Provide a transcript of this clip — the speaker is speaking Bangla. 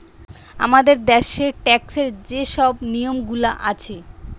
আমাদের দ্যাশের ট্যাক্সের যে শব নিয়মগুলা আছে